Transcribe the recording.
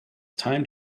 time